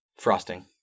Frosting